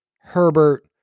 Herbert